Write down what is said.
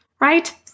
right